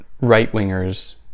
right-wingers